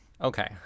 Okay